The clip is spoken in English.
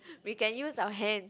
we can use our hands